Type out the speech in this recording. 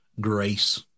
grace